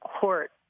court